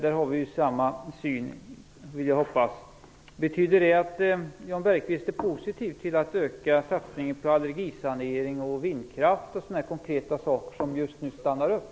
Där har vi samma syn, vill jag hoppas. Betyder det att Jan Bergqvist är positiv till att öka satsningen på allergisanering, vindkraft och andra konkreta saker som just nu stannat upp?